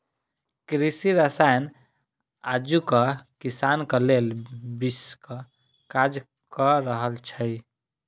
कृषि रसायन आजुक किसानक लेल विषक काज क रहल छै